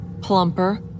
plumper